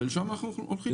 ולשם אנחנו הולכים.